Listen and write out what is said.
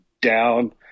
down